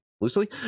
loosely